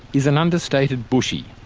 is an understated bushie.